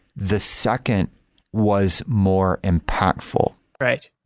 the second was more impactful. right,